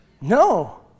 No